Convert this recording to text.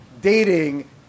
dating